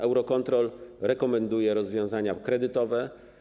Eurocontrol rekomenduje rozwiązania kredytowe.